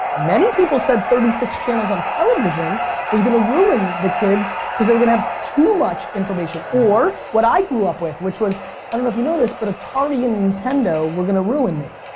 many people said thirty six channels on television was going to ruin the kids because there have too much information or what i grew up with which was i don't know if you know this but atari and nintendo we're going to ruin me.